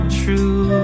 true